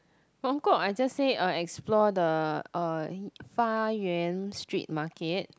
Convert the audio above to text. Mong kok I just say uh explore the uh Fa Yuen street market